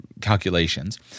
calculations